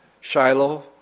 Shiloh